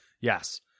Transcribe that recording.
Yes